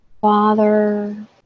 father